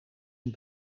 een